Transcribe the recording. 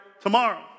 tomorrow